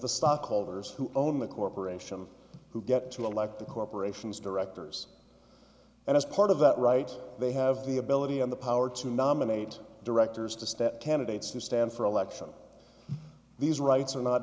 the stockholders who own the corporation who get to elect the corporation's directors and as part of that right they have the ability and the power to nominate directors to step candidates to stand for election these rights are not